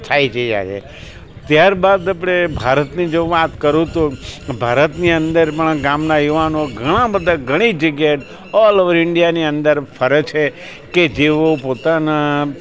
સ્થાયી થઈ જાય છે ત્યાર બાદ આપણે ભારતની જો વાત કરું તો ભારતની અંદર પણ ગામના યુવાનો ઘણા બધા ઘણી જગ્યાએ ઓલ ઓવર ઈન્ડિયાની અંદર ફરે છે કે જેઓ પોતાના